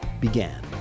began